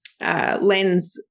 Lens